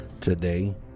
Today